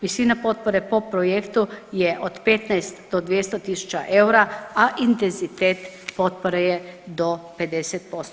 Visina potpore po projektu je od 15 do 200.000 eura, a intenzitet potpora je do 50%